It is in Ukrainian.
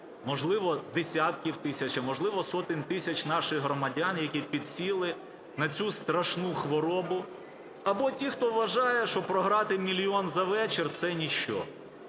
можливо, десятків тисяч, а, можливо, сотень тисяч наших громадян, які підсіли на цю страшну хворобу, або ті, хто вважає, що програти мільйон за вечір – це ніщо.